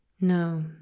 No